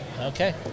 Okay